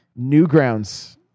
Newgrounds